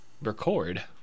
record